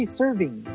serving